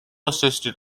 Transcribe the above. assisted